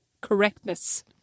correctness